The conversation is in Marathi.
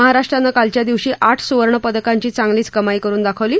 महाराष्ट्रानं कालच्या दिवशी आठ सुवर्णपदकांची चांगलीच कमाई करुन दाखवली